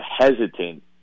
hesitant